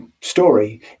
story